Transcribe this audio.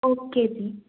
okay ਜੀ